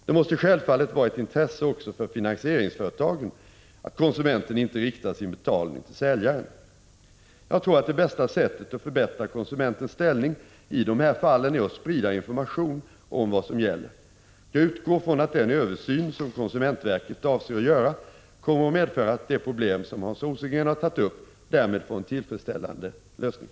Det måste självfallet vara ett intresse också för finansieringsföretagen att konsumenten inte riktar sin betalning till säljaren. Jag tror att det bästa sättet att förbättra konsumentens ställning i dessa fall är att sprida information om vad som gäller. Jag utgår från att den översyn som konsumentverket avser att göra kommer att medföra att det problem som Hans Rosengren har tagit upp därmed får en tillfredsställande lösning.